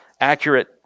accurate